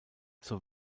zur